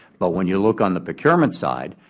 but when you look on the procurement side,